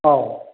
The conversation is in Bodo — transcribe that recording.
औ